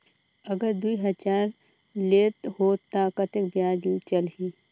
अगर दुई हजार लेत हो ता कतेक ब्याज चलही?